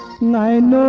nine